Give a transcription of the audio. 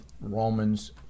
Romans